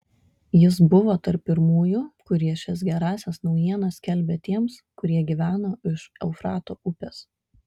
jis buvo tarp pirmųjų kurie šias gerąsias naujienas skelbė tiems kurie gyveno už eufrato upės